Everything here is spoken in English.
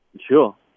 Sure